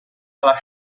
alla